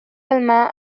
الماء